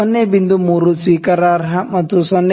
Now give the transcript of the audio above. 3 ಸ್ವೀಕಾರಾರ್ಹ ಮತ್ತು 0